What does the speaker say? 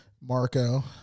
Marco